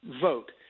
vote